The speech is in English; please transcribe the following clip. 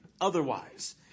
otherwise